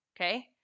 okay